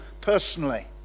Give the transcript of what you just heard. personally